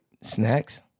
snacks